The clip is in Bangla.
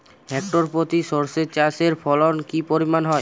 হেক্টর প্রতি সর্ষে চাষের ফলন কি পরিমাণ হয়?